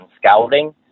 scouting